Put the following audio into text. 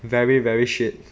very very shit